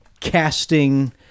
casting